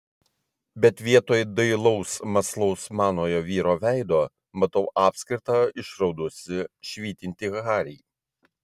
bet vietoj dailaus mąslaus manojo vyro veido matau apskritą išraudusį švytintį harį